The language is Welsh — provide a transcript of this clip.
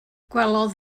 gwelodd